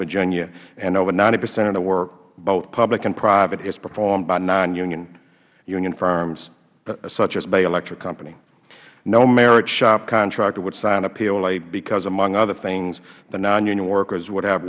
virginia and over ninety percent of the work both public and private is performed by non union firms such as bay electric company no merit shop contractor would sign a pla because among other things the non union workers would have